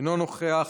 אינו נוכח,